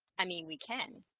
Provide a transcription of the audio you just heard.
i mean we can